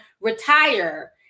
retire